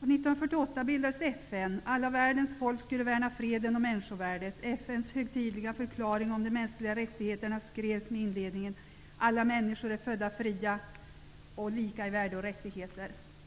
1948 bildades FN. Alla världens folk skulle värna freden och människovärdet. FN:s högtidliga förklaring av de mänskliga rättigheterna skrevs med inledningen: ''Alla människor är födda fria och lika i värde och rättigheter''.